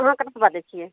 अहाँ कतऽ सँ बाजै छियै